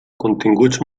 continguts